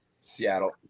Seattle